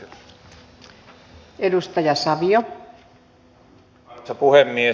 arvoisa puhemies